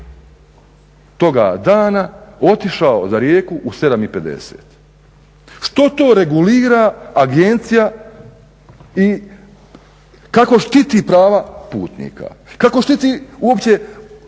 toga dana otišao u Rijeku u 7,50. Što to regulira agencija i kako štiti prava putnika? Kako štiti uopće